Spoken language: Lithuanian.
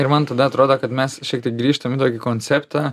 ir man tada atrodo kad mes šiek tiek grįžtam į tokį konceptą